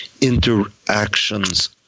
interactions